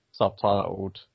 subtitled